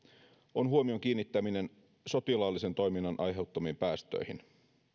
on huomion kiinnittäminen sotilaallisen toiminnan aiheuttamiin päästöihin